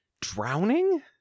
drowning